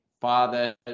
father